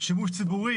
שימוש ציבורי,